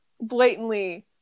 blatantly